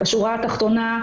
בשורה התחתונה,